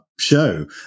show